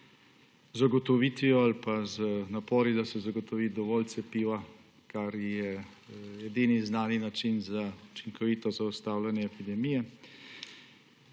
ukvarja z napori, da se zagotovi dovolj cepiva, kar je edini znani način za učinkovito zaustavljanje epidemije.